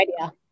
idea